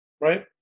Right